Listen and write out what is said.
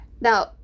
Now